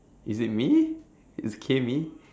is it me is K me